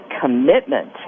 commitment